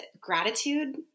gratitude